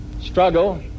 struggle